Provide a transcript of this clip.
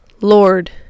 Lord